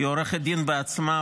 היא עורכת דין בעצמה,